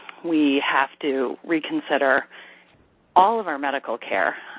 we have to reconsider all of our medical care.